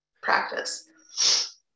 practice